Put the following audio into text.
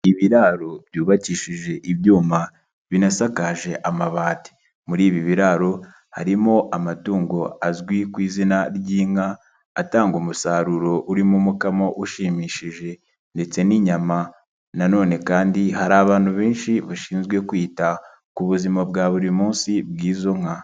Ibiraro byubakishije ibyuma binasakaje amabati. Muri ibi biraro harimo amatungo azwi ku izina ry'inka, atanga umusaruro urimo umukamo ushimishije ndetse n'inyama. Nanone kandi hari abantu benshi bashinzwe kwita ku buzima bwa buri munsi bw'izo nka.